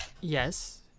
Yes